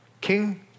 king